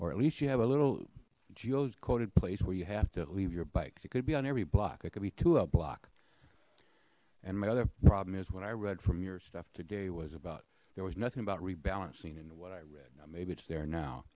or at least you have a little gio's coated place where you have to leave your bikes it could be on every block it could be to a block and my other problem is when i read from your stuff today was about there was nothing about rebalancing in what i read now maybe it's there now